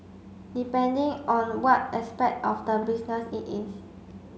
depending on what aspect of the business it is